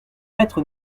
maître